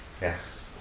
yes